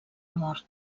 mort